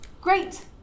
Great